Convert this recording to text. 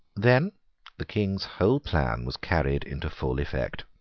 then the king's whole plan was carried into full effect.